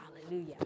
Hallelujah